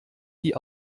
die